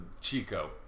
Chico